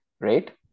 right